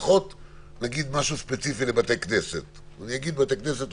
למשל משהו ספציפי לבתי כנסת אני אגיד בתי כנסת,